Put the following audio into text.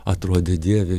atrodė dieve